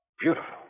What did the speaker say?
Beautiful